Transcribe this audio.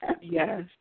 Yes